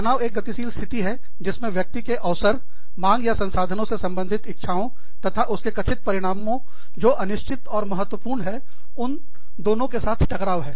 तनाव एक गतिशील स्थिति है जिसमें व्यक्ति के अवसर मांग या संसाधनों से संबंधित इच्छाओं तथा उनके कथित परिणामों जो अनिश्चित और महत्वपूर्ण हैं उन दोनों के साथ टकराव है